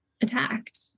attacked